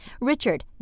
Richard